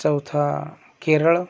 चौथा केरळ